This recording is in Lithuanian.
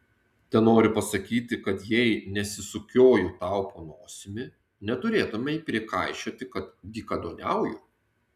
tenoriu pasakyti kad jei nesisukioju tau po nosimi neturėtumei prikaišioti kad dykaduoniauju